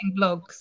blogs